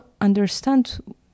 understand